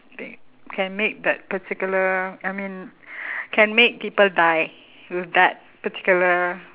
can make that particular I mean can make people die with that particular